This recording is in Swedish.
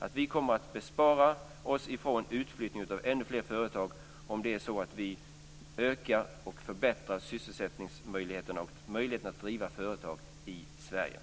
Ökade och förbättrade sysselsättningsmöjligheter och förbättrad möjlighet att driva företag i Sverige kommer att bespara oss en utflyttning av ännu fler företag.